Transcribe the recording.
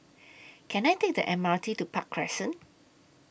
Can I Take The M R T to Park Crescent